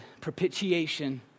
Propitiation